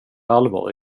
allvar